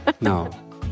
no